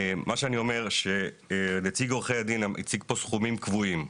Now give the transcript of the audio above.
מה שאני אומר שנציג עורכי הדין הציג פה סכומים קבועים.